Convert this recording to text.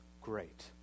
great